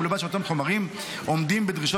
ובתנאי שאותם חומרים עומדים בדרישות